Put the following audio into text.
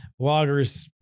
bloggers